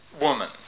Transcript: woman